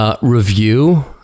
review